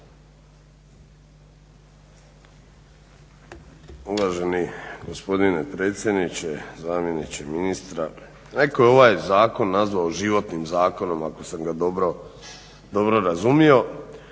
Uvaženi gospodine predsjedniče, zamjeniče ministra. Netko je ovaj zakon nazvao životnim zakonom ako sam ga dobro razumio.